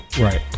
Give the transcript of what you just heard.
Right